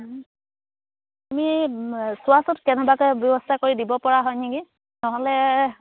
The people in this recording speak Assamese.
তুমি চোৱাচোন কেনেবাকে ব্যৱস্থা কৰি দিব পৰা হয় নেকি নহ'লে